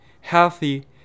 healthy